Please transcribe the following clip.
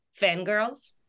fangirls